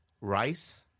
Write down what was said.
rice